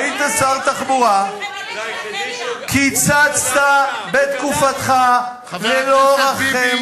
היית שר תחבורה, קיצצת בתקופתך ללא רחם